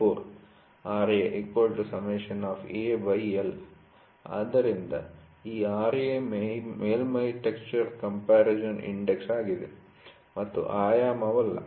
Ra AL ಆದ್ದರಿಂದ ಈ Ra ಮೇಲ್ಮೈ ಟೆಕ್ಸ್ಚರ್ ಕಂಪರಿಸನ್ ಇಂಡೆಕ್ಸ್ ಆಗಿದೆ ಮತ್ತು ಆಯಾಮವಲ್ಲ